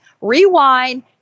rewind